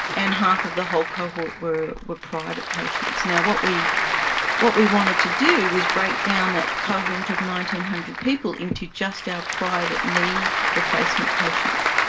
and half of the whole cohort were were private patients. what we what we wanted to do was break down that cohort of nine hundred people into just our private knee replacement patients.